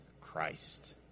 Christ